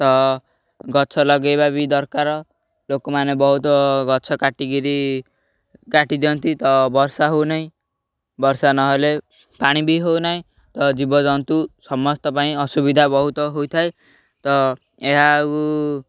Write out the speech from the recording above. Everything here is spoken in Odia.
ତ ଗଛ ଲଗାଇବା ବି ଦରକାର ଲୋକମାନେ ବହୁତ ଗଛ କାଟି କରି କାଟି ଦିଅନ୍ତି ତ ବର୍ଷା ହଉ ନାହିଁ ବର୍ଷା ନହେଲେ ପାଣି ବି ହଉ ନାହିଁ ତ ଜୀବଜନ୍ତୁ ସମସ୍ତ ପାଇଁ ଅସୁବିଧା ବହୁତ ହୋଇଥାଏ ତ ଏହାକୁ